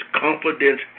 confidence